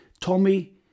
Tommy